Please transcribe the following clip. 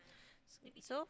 so